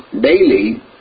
daily